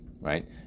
right